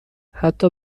حتی